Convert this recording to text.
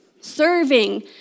serving